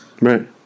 right